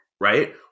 right